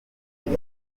kuri